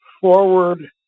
forward